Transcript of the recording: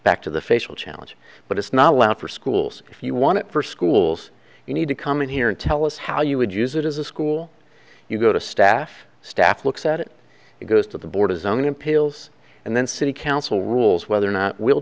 back to the facial challenge but it's not allowed for schools if you want it for schools you need to come in here and tell us how you would use it as a school you go to staff staff looks at it it goes to the board is going pills and then city council rules whether or not w